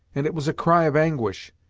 and it was a cry of anguish!